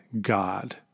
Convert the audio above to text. God